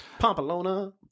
Pompolona